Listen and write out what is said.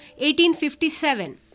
1857